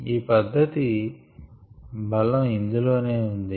ఈ పధ్ధతి బలం ఇందులోనే ఉంది